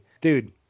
Dude